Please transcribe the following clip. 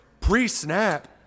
pre-snap